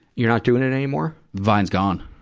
you're not doing it anymore? vine's gone.